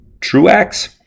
Truax